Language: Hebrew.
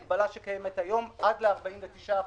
שזאת המגבלה שקיימת היום, ל-49%.